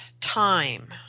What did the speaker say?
time